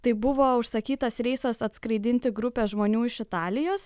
tai buvo užsakytas reisas atskraidinti grupę žmonių iš italijos